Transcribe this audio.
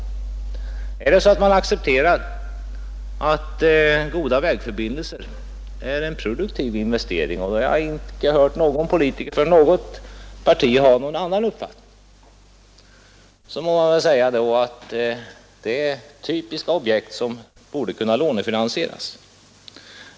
Om man accepterar att goda vägförbindelser är en produktiv investering — och jag har icke hört någon politiker från något parti uttrycka någon annan uppfattning — må man väl säga att det är typiska objekt som borde kunna lånefinansieras.